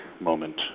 moment